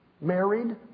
Married